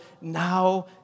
Now